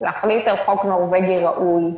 להחליט על חוק נורווגי ראוי,